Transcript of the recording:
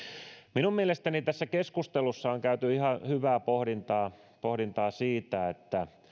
minun mielestäni tässä keskustelussa on käyty ihan hyvää pohdintaa pohdintaa siitä että